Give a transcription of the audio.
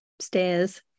stairs